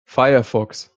firefox